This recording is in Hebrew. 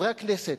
חברי הכנסת,